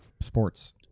sports